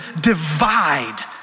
divide